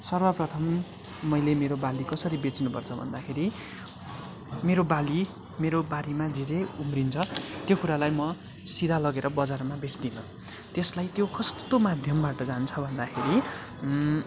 सर्वप्रथम मैले मेरो बाली कसरी बेच्नुपर्छ भन्दाखेरि मेरो बाली मेरो बारीमा जेजे उम्रिन्छ त्यो कुरालाई म सिधा लगेर बजारमा बेच्दिनँ त्यसलाई त्यो कस्तो माध्यमबाट जान्छ भन्दाखेरि